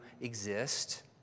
exist